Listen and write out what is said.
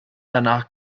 danach